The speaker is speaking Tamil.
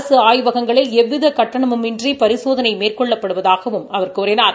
அரசு ஆய்வகங்ளில் எவ்வித கட்டணமுமின்றி பரிசோதனை மேற்கொள்ளப்படுவதாகவும் அவர் கூறினார்